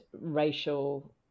racial